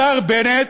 השר בנט,